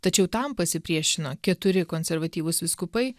tačiau tam pasipriešino keturi konservatyvūs vyskupai